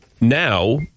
Now